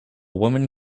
woman